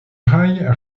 rails